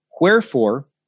Wherefore